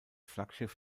flaggschiff